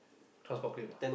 transport claim ah